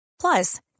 Plus